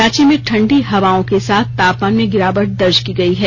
रांची में ठंडी हवाओं के साथ तापमान में गिरावट दर्ज की गई है